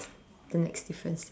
the next difference then